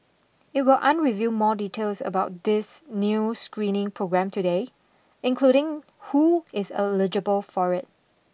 it will unreveil more details about this new screening programme today including who is eligible for it